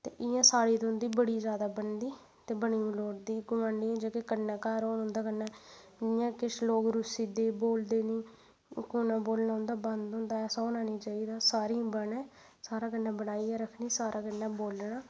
इ'यां साढ़ी ते उं'दी बड़ा ज्यादा बनदी ते बनी दी रौंह्दी गुआंढियै दे कन्नै घर होन उं'दे कन्नै इ'यां किश लोक रुस्सी दे बोलदे निं ओह् कुसलै उं'दा बोलना बंद होंदा ऐ ऐसा होना निं चाहिदा सारें दी बनै सारें कन्नै बनाइयै रक्खनी सारें कन्नै बोलना